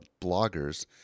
bloggers